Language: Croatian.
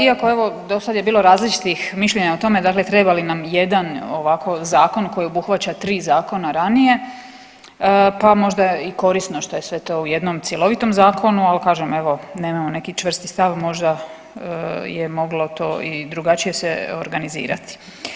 Iako evo do sad je bilo različitih mišljenja o tome dakle treba li nam jedan ovako zakon koji obuhvaća 3 zakona ranije, pa možda je i korisno što je sve to u jednom cjelovitom zakonu, al kažem evo nemamo neki čvrsti, možda je moglo to i drugačije se organizirati.